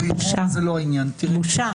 בושה.